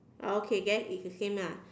okay then it's the same lah